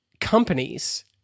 companies